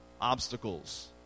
obstacles